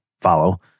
follow